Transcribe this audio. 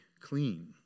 clean